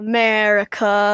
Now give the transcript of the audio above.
America